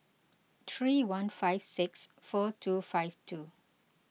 three one five six four two five two